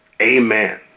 Amen